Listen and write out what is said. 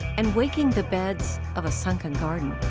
and waking the beds of a sunken garden.